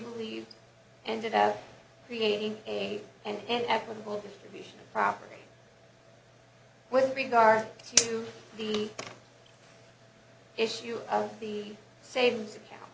believe ended up creating a and equitable distribution of property with regard to the issue of the savings account